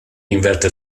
inverted